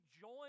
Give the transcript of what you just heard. join